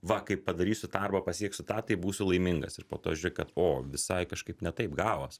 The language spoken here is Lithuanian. va kai padarysiu tą arba pasieksiu tą tai būsiu laimingas ir po to žiūri kad o visai kažkaip ne taip gavos